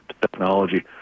technology